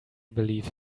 believe